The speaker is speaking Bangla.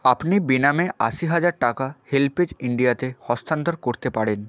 আপনি বেনামে আশি হাজার টাকা হেল্পএজ ইন্ডিয়াতে হস্তান্তর করতে পারেন